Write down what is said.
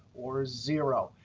or zero